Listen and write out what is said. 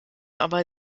aber